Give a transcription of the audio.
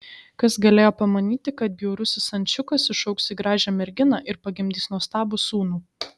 kas galėjo pamanyti kad bjaurusis ančiukas išaugs į gražią merginą ir pagimdys nuostabų sūnų